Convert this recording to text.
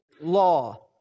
law